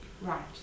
Right